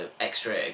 extra